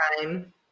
time